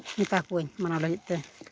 ᱢᱮᱛᱟ ᱠᱚᱣᱟᱧ ᱚᱱᱟ ᱞᱟᱹᱜᱤᱫᱼᱛᱮ